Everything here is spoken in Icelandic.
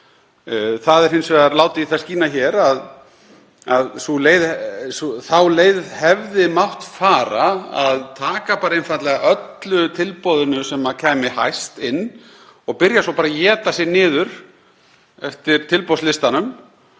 Það er hins vegar látið í það skína hér að þá leið hefði mátt fara að taka einfaldlega öllu tilboðinu sem kæmi hæst inn og byrja svo bara éta sig niður eftir tilboðslistanum,